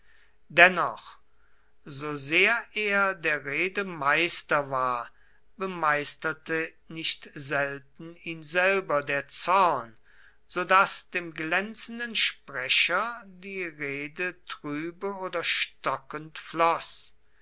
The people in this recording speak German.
dennoch sosehr er der rede meister war bemeisterte nicht selten ihn selber der zorn so daß dem glänzenden sprecher die rede trübe oder stockend floß